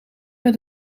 met